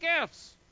gifts